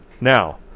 now